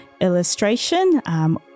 illustration